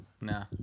Nah